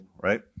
right